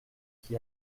qui